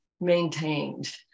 maintained